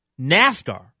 NASCAR